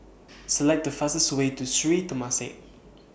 Select The fastest Way to Sri Temasek